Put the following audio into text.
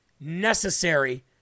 necessary